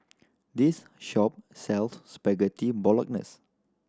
this shop sells Spaghetti Bolognese